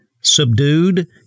subdued